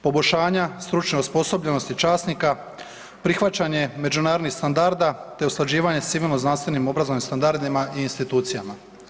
Poboljšanja stručne osposobljenosti časnika, prihvaćanje međunarodnih standarda te usklađivanje s civilno-znanstvenim obrazovnim standardima i institucijama.